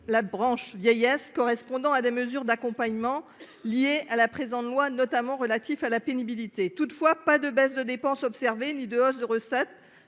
La branche vieillesse correspondant à des mesures d'accompagnement liées à la présente loi, notamment relatifs à la pénibilité toutefois pas de baisse de dépenses observé ni de hausse de recettes